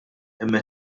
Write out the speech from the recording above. imma